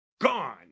gone